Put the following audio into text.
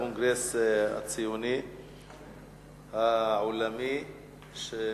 ו-3449: הקונגרס הציוני העולמי הל"ו,